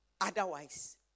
Otherwise